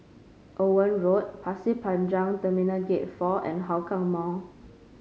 Owen Road Pasir Panjang Terminal Gate Four and Hougang Mall